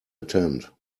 attend